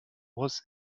was